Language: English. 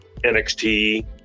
NXT